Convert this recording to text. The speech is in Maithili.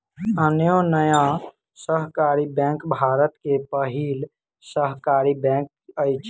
अन्योन्या सहकारी बैंक भारत के पहिल सहकारी बैंक अछि